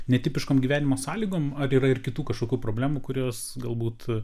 netipiškom gyvenimo sąlygom ar yra ir kitų kažkokių problemų kurios galbūt